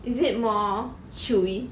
is it more chewy